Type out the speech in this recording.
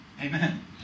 Amen